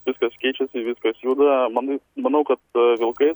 viskas keičiasi viskas juda manai manau kad vilkai